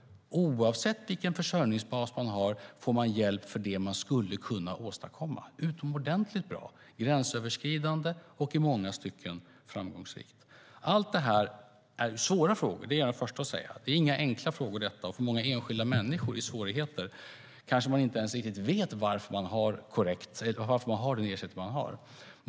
Oavsett vilken försörjningsbas människor har får de hjälp för det de skulle kunna åstadkomma. Det är utomordentligt bra, gränsöverskridande och i många stycken framgångsrikt. Allt detta är svåra frågor; det är jag den förste att säga. Det är inga enkla frågor, och många enskilda människor i svårigheter kanske inte alltid vet varför de har den ersättning de har.